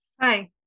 hi